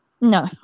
No